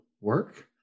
work